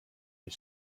you